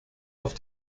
auf